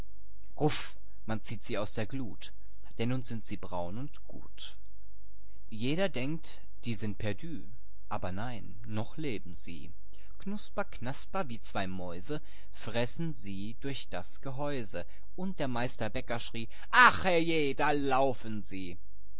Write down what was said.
man zieht sie aus der glut denn nun sind sie braun und gut illustration noch leben sie jeder denkt die sind perdü aber nein noch leben sie illustration knusper knasper knusper knasper wie zwei mäuse fressen sie durch das gehäuse illustration da laufen sie und der meister bäcker schrie ach herrjeh da laufen sie